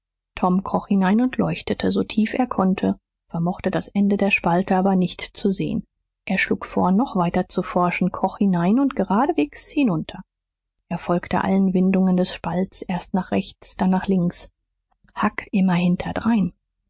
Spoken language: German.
tom kroch hinein und leuchtete so tief er konnte vermochte das ende der spalte aber nicht zu sehen er schlug vor noch weiter zu forschen kroch hinein und geradeswegs hinunter er folgte allen windungen des spalts erst nach rechts dann nach links huck immer hinterdrein